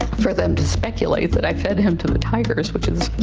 for them to speculate, but i fed him to the tigers with it.